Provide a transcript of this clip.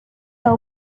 are